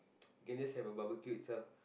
we can just have a barbecue itself